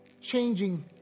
changing